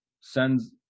sends